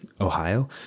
Ohio